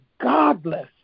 godless